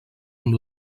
amb